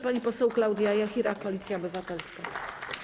Pani poseł Klaudia Jachira, Koalicja Obywatelska.